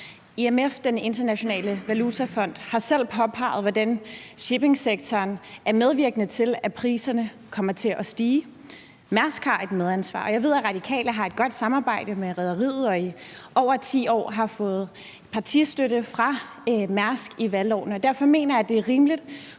IMF, Den Internationale Valutafond, har selv påpeget, hvordan shippingsektoren er medvirkende til, at priserne kommer til at stige. Mærsk har et medansvar, og jeg ved, at Radikale har et godt samarbejde med rederiet og i over 10 år har fået partistøtte fra Mærsk i valgårene. Og derfor mener jeg, det er rimeligt,